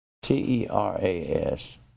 T-E-R-A-S